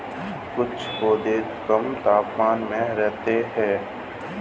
कुछ पौधे कम तापमान में रहते हैं